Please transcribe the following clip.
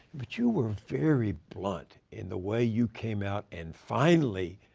but you were very blunt in the way you came out and finally,